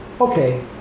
okay